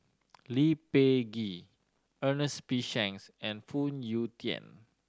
Lee Peh Gee Ernest P Shanks and Phoon Yew Tien